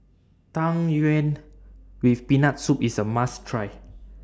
Tang Yuen with Peanut Soup IS A must Try